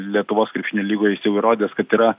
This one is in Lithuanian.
lietuvos krepšinio lygoje jis jau įrodęs kad yra